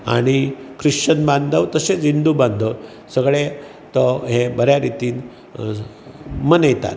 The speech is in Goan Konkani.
आनी क्रिश्चन बांदव तशेच हिंदू बांदव सगळें हें बऱ्या रितीन मनयतात